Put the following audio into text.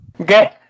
Okay